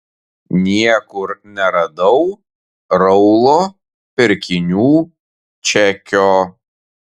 niekur neradau raulo pirkinių čekio